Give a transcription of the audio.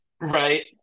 Right